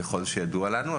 ככל שידוע לנו.